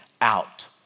out